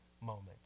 moment